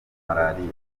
malariya